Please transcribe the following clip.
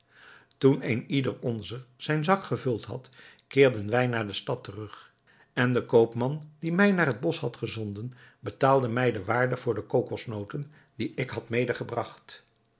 toen een ieder onzer zijn zak gevuld had keerden wij naar de stad terug en de koopman die mij naar het bosch had gezonden betaalde mij de waarde voor de kokosnoten die ik had